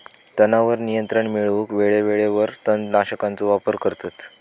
तणावर नियंत्रण मिळवूक वेळेवेळेवर तण नाशकांचो वापर करतत